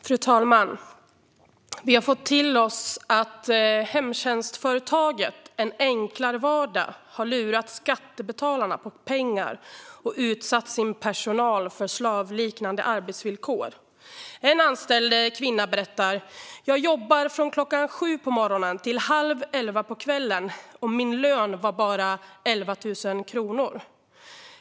Fru talman! Vi har fått till oss att hemtjänstföretaget Enklare Vardag har lurat skattebetalarna på pengar och utsatt sin personal för slavliknande arbetsvillkor. En anställd kvinna berättar: Jag jobbade från klockan sju på morgonen till halv elva på kvällen, och min lön var bara 11 000 kronor.